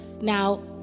now